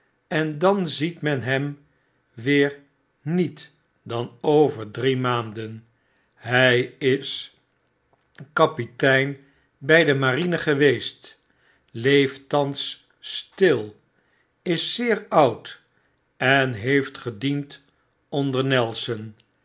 en dan ziet men hem weer niet dan over drie maanden hjj is kapitein by de marine geweest leeft thans stil is zeer oud en heeft gediend